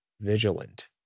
vigilant